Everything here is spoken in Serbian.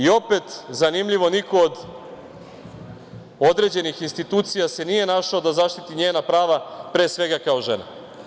Opet, zanimljivo, niko od određenih institucija se nije našao da zaštiti njena prava, pre svega kao žene.